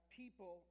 people